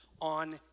on